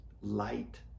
light